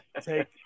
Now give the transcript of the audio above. take